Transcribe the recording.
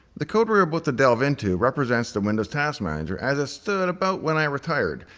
the code we're about to delve into represents the windows task manager as it stood about when i retired,